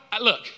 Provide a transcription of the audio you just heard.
look